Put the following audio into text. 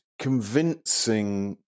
convincing